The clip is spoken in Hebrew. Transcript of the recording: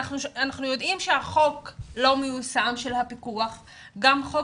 אנחנו יודעים שחוק הפיקוח לא מיושם וגם חוק